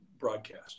broadcast